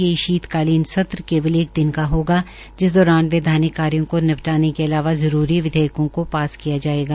ये शीतकालीन सत्र केवल एक दिन का होगा जिस दौरान वैधानिक कार्यो का निपटाने के अलावा जरूरी विधयेकों का पास किया जायेगा